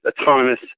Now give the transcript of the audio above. autonomous